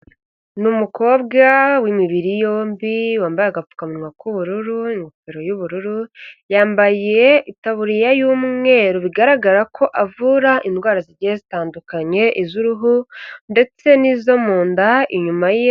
Ni umukobwa w'imibiri yombi wambaye agapfukamunwa k'ubururu n'ingofero y'ubururu, yambaye itaburiya y'umweru bigaragara ko avura indwara zigiye zitandukanye, iz'uruhu ndetse n'izo mu nda inyuma ye.